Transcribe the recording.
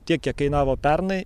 tiek kiek kainavo pernai